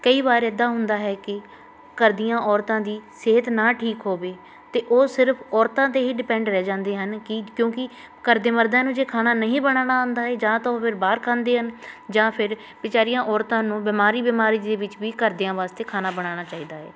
ਕਈ ਵਾਰ ਇੱਦਾਂ ਹੁੰਦਾ ਹੈ ਕਿ ਘਰ ਦੀਆਂ ਔਰਤਾਂ ਦੀ ਸਿਹਤ ਨਾ ਠੀਕ ਹੋਵੇ ਤਾਂ ਉਹ ਸਿਰਫ ਔਰਤਾਂ 'ਤੇ ਹੀ ਡਿਪੈਂਡ ਰਹਿ ਜਾਂਦੇ ਹਨ ਕੀ ਕਿਉਂਕਿ ਘਰ ਦੇ ਮਰਦਾਂ ਨੂੰ ਜੇ ਖਾਣਾ ਨਹੀਂ ਬਣਾਉਣਾ ਆਉਂਦਾ ਹੈ ਜਾਂ ਤਾਂ ਉਹ ਫਿਰ ਬਾਹਰ ਖਾਂਦੇ ਹਨ ਜਾਂ ਫਿਰ ਵਿਚਾਰੀਆਂ ਔਰਤਾਂ ਨੂੰ ਬਿਮਾਰੀ ਬਿਮਾਰੀ ਦੇ ਵਿੱਚ ਵੀ ਘਰਦਿਆਂ ਵਾਸਤੇ ਖਾਣਾ ਬਣਾਉਣਾ ਚਾਹੀਦਾ ਹੈ